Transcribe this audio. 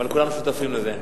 אבל כולנו שותפים לזה.